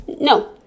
No